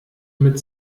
mit